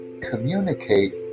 communicate